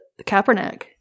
Kaepernick